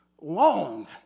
long